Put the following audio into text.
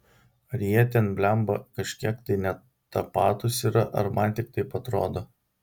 ar jie ten blemba kažkiek tai ne tapatūs yra ar man tik taip atrodo